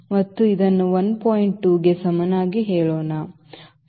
2 ಕ್ಕೆ ಸಮನಾಗಿ ಹೇಳೋಣ